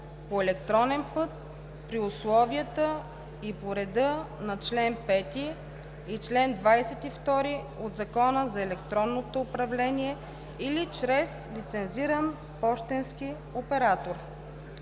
по електронен път при условията и по реда на чл. 5 и чл. 22 от Закона за електронното управление или чрез лицензиран пощенски оператор.“